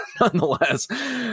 nonetheless